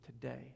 today